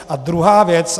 A druhá věc.